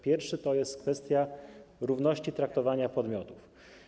Pierwszy to kwestia równości traktowania podmiotów.